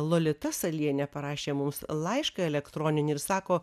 lolita salienė parašė mums laišką elektroninį ir sako